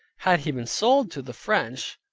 had he been sold to the french,